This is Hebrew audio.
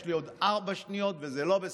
יש לי עוד ארבע שניות, וזה לא בסדר.